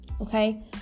okay